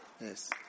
Yes